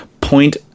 point